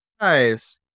nice